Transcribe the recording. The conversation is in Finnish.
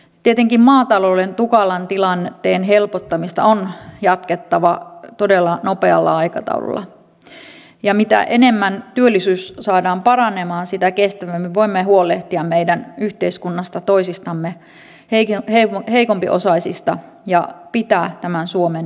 tietenkin maatalouden tukalan tilanteen helpottamista on jatkettava todella nopealla aikataululla ja mitä enemmän työllisyys saadaan paranemaan sitä kestävämmin voimme huolehtia meidän yhteiskunnasta toisistamme heikompiosaista ja pitää tämän suomen ehyenä